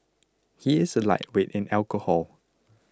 he is a lightweight in alcohol